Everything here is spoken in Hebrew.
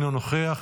אינו נוכח.